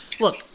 look